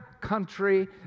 country